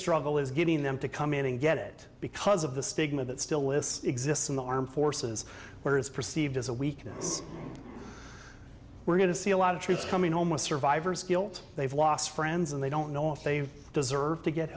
struggle is getting them to come in and get it because of the stigma that still is exists in the armed forces where is perceived as a weakness we're going to see a lot of troops coming almost survivor's guilt they've lost friends and they don't know if they deserve to get